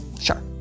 Sure